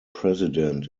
president